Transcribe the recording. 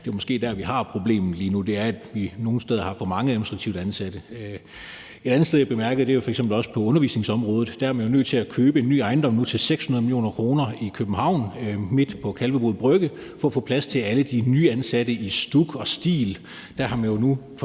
Det er måske der, hvor vi har problemet lige nu, altså at vi nogle steder har for mange administrative ansatte. Et andet sted, jeg bemærkede, var på f.eks. undervisningsområdet. Der er man nødt til nu at købe en ny ejendom til 600 mio. kr. i København midt på Kalvebod Brygge for at få plads til alle de nye ansatte i STUK og STIL. Man har jo